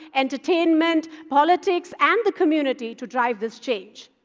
entertainment, politics, and the community to drive this change.